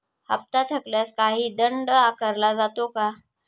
हप्ता थकल्यास काही दंड आकारला जातो का?